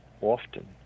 often